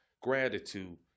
gratitude